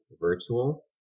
virtual